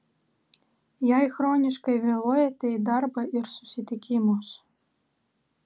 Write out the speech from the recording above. jei chroniškai vėluojate į darbą ir susitikimus